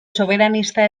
soberanista